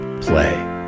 play